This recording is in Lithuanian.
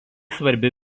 svarbi